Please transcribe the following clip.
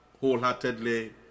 wholeheartedly